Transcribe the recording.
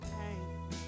pain